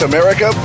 America